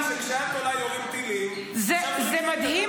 היה כלל שכשאת עולה יורים טילים --- זה מדהים,